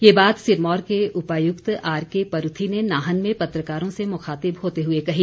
ये बात सिरमौर के उपायुक्त आरके परूथी ने नाहन में पत्रकारों से मुखातिब होते हुए कही